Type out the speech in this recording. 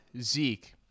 Zeke